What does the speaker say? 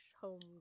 home